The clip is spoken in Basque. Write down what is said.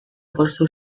poztu